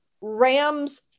rams